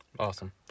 Awesome